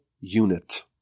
unit